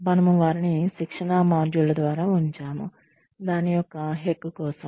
మనము వారిని శిక్షణా మాడ్యూళ్ళ ద్వారా ఉంచాము దాని యొక్క హెక్ కోసం